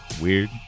weird